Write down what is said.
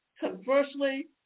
Conversely